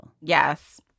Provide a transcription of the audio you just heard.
yes